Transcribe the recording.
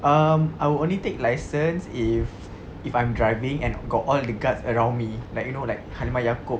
um I will only take license if if I'm driving and got all the guards around me like you know like halimah yacob go